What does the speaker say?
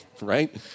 right